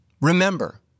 remember